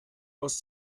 aus